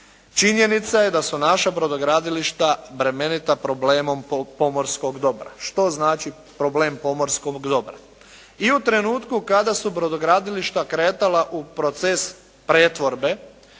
Činjenica je da su naša brodogradilišta bremenita problemom pomorskog dobra. Što znači problem pomorskog dobra? I u trenutku kada su brodogradilišta kretala u proces pretvorbe